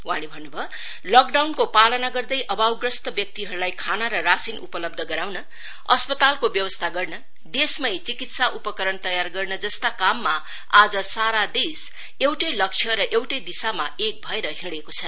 वहाँले भन्नुभयो लकडाउनको पालन गर्दै अभावग्रस्त व्यक्तिहरुलाई खाना र राशिन उपलव्ध गराउन अस्पतालको व्यवस्था गर्न देशमै चिकित्सा उपकरण तयार गर्न जस्ता काममा आज सारा देश एउटै लक्ष्य र एउटै दिशामा एक भएर हिड़ेको छ